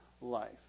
life